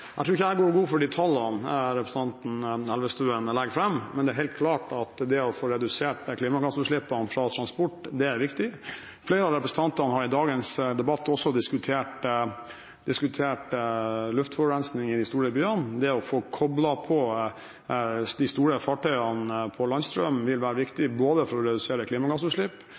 Jeg tror ikke jeg går god for de tallene representanten Elvestuen legger fram, men det er helt klart at det å få redusert klimagassutslippene fra transport er viktig. Flere av representantene har i dagens debatt også diskutert luftforurensningen i de store byene. Det å få koblet de store fartøyene på landstrøm vil være